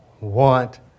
want